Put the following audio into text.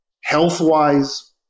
health-wise